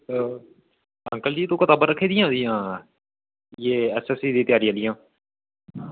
uncle ji तुसें कताबां रक्खी दियां ओह्दियां एह् एसएसबी दी त्यारी आह्लियां